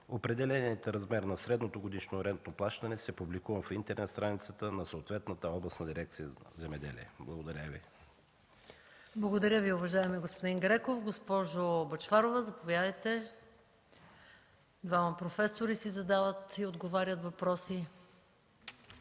Определеният размер на средното годишно рентно плащане се публикува в интернет страницата на съответната Областна дирекция „Земеделие”. Благодаря Ви. ПРЕДСЕДАТЕЛ МАЯ МАНОЛОВА: Благодаря Ви, уважаеми господин Греков. Госпожо Бъчварова, заповядайте. Двама професори си задават въпроси